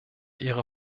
ihre